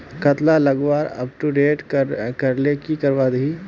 कतला लगवार अपटूडेट करले की करवा ई?